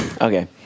Okay